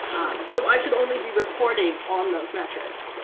so i should only be reporting on those metrics.